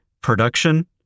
production